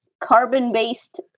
carbon-based